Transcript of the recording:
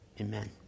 Amen